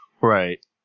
Right